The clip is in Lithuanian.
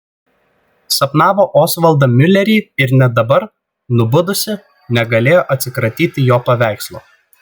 sapnavo osvaldą miulerį ir net dabar nubudusi negalėjo atsikratyti jo paveikslo